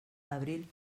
abril